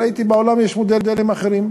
ראיתי בעולם שיש מודלים אחרים.